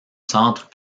centre